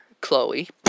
Chloe